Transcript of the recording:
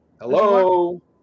Hello